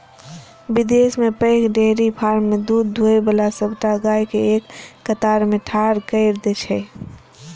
विदेश मे पैघ डेयरी फार्म मे दूध दुहै बला सबटा गाय कें एक कतार मे ठाढ़ कैर दै छै